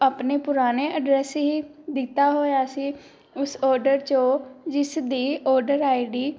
ਆਪਣੇ ਪੁਰਾਣੇ ਐਡਰੈੱਸ ਹੀ ਦਿੱਤਾ ਹੋਇਆ ਸੀ ਉਸ ਔਡਰ 'ਚੋਂ ਜਿਸ ਦੀ ਔਡਰ ਆਈ ਡੀ